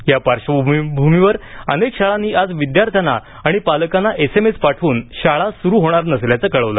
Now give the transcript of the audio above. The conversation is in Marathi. या पार्श्वभूमीवर अनेक शाळांनी आज विद्यार्थ्यांना आणि पालकांना एसएमएस पाठवून शाळा सुरू होणार नसल्याचं कळवलं